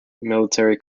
military